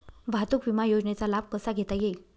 वाहतूक विमा योजनेचा लाभ कसा घेता येईल?